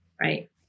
Right